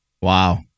Wow